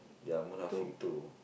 ya Munafik two